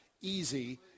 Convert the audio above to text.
easy